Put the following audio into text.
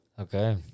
Okay